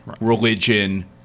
religion